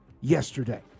yesterday